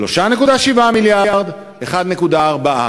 3.7 מיליארד 1.4 מיליארד.